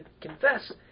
confess